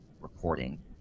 reporting